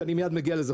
ואני מיד מגיע לזה,